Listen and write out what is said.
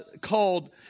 called